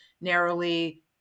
narrowly